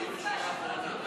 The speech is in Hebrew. להעביר